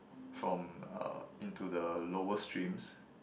from uh into the lower streams